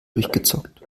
durchgezockt